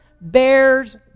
bears